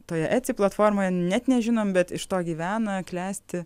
toje etsi platformoje net nežinom bet iš to gyvena klesti